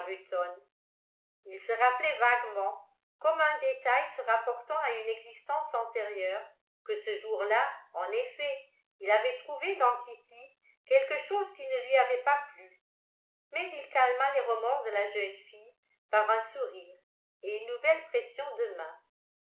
il se rappelait vaguement comme un détail se rapportant à une existence antérieure que ce jour-là en effet il avait trouvé dans kitty quelque chose qui ne lui avait pas plu mais il calma les remords de la jeune fille par un sourire et une nouvelle pression